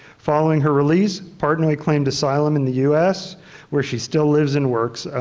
following her release, partnoy claimed asylum in the us where she still lives and works.